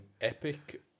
Epic